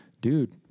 dude